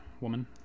woman